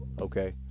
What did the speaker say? Okay